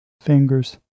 fingers